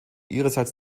ihrerseits